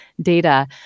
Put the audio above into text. data